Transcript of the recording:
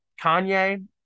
Kanye